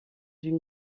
une